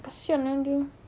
kesian eh dia